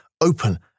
open